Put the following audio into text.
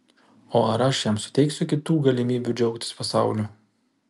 o ar aš jam suteikiu kitų galimybių džiaugtis pasauliu